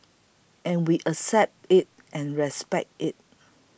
and we accept it and respect it